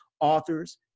authors